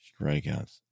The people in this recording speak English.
strikeouts